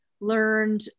learned